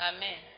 Amen